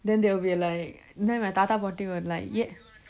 then they will be like then my thatha paati paatti will be like